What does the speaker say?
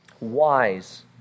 wise